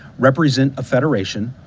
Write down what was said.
represent a federation,